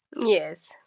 Yes